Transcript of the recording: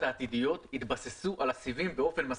העתידיות יתבססו על הסיבים באופן מסיבי.